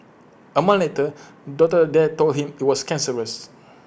A month later doctors there told him IT was cancerous